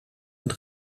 und